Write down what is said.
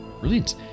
Brilliant